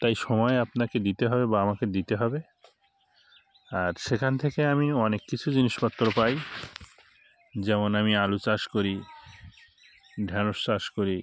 তাই সময় আপনাকে দিতে হবে বা আমাকে দিতে হবে আর সেখান থেকে আমিও অনেক কিছু জিনিসপত্র পাই যেমন আমি আলু চাষ করি ঢ্যাঁড়শ চাষ করি